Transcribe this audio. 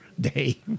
Day